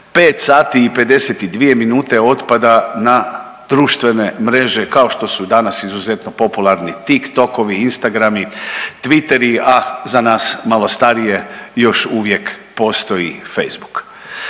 5 sati i 52 minute otpada na društvene mreže kao što su danas izuzetno popularni Tik tokovi, Instagrami, Twitteri, a za nas malo starije još uvijek postoji Facebook.